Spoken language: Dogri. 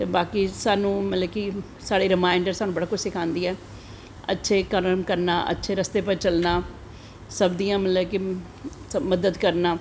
ते बाकी साह्नू मतलव कि साढ़ी रमायन साह्नू बड़ा कुश सखांदी ऐ अच्छे कर्म करनां अच्छे रस्ते पर चलनां सब दियां मतलव कि मदद करनां